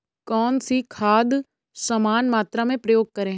कौन सी खाद समान मात्रा में प्रयोग करें?